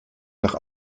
nach